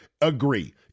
agree